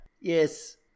Yes